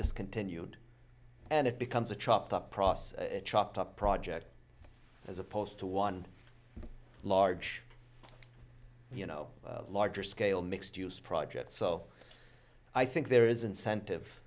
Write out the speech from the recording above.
discontinued and it becomes a chopped up process chopped up project as opposed to one large you know larger scale mixed use project so i think there is incentive